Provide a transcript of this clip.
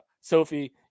Sophie